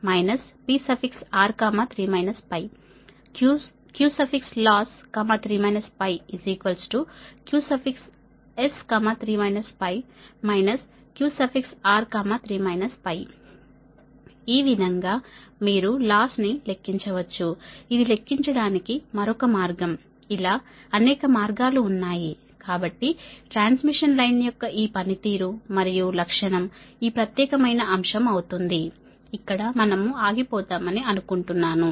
Ploss3 PS3 PR3 Qloss3 QS3 QR3 ఈ విధంగా మీరు లాస్ ను లెక్కించవచ్చుఇది లెక్కించడానికి మరొక మార్గం ఇలా అనేక మార్గాలు ఉన్నాయి కాబట్టి ట్రాన్స్మిషన్ లైన్ యొక్క ఈ పనితీరు మరియు లక్షణం ఈ ప్రత్యేకమైన అంశం అవుతుంది ఇక్కడ మనం ఆగిపోతామని అనుకుంటున్నాను